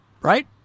Right